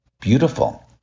Beautiful